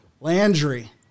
Landry